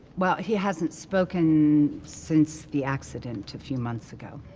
well, he hasn't spoken since the accident a few months ago.